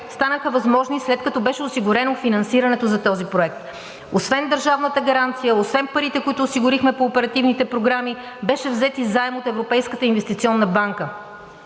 станаха възможни, след като беше осигурено финансирането за този проект. Освен държавната гаранция, освен парите, които осигурихме по оперативните програми, беше взет и заем от Европейската инвестиционна банка.